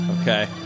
Okay